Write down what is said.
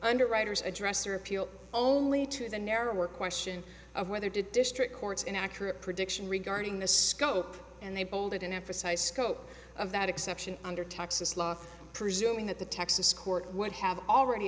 underwriter's address or appeal only to the narrower question of whether to district courts an accurate prediction regarding the scope and they bolded in emphasize scope of that exception under texas law presuming that the texas court would have already